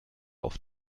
auf